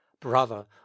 Brother